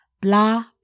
Blah